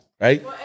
Right